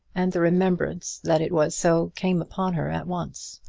and the remembrance that it was so came upon her at once.